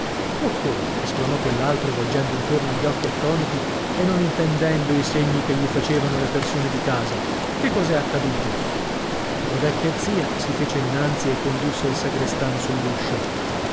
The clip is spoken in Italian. o come esclamò quell'altro volgendo intorno gli occhi attoniti e non intendendo i segni che gli facevano le persone di casa che cos'è accaduto la vecchia zia si fece innanzi e condusse il sagrestano sull'uscio